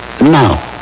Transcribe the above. Now